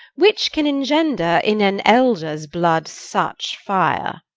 which can engender, in an elder's blood, such fire.